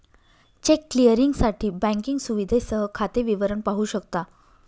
check क्लिअरिंगसाठी banking सुविधेसह खाते विवरण पाहू शकता